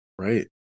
Right